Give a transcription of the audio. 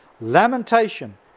lamentation